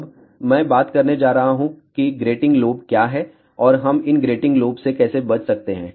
अब मैं बात करने जा रहा हूँ कि ग्रेटिंग लोब क्या है और हम इन ग्रेटिंग लोब से कैसे बच सकते हैं